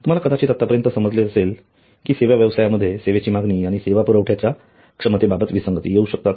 तुम्हाला कदाचित आतापर्यंत समजले असेल की सेवा व्यवसायामध्ये सेवेची मागणी व सेवा पुरवठयाच्या क्षमतेबाबत विसंगती येऊ शकतात